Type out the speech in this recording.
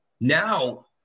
now